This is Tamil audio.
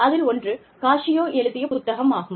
அதில் ஒன்று காசியோ எழுதிய புத்தகம் ஆகும்